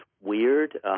weird